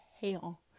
hell